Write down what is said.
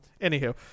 Anywho